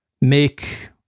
make